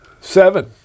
Seven